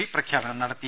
P പ്രഖ്യാപനം നടത്തി